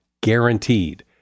guaranteed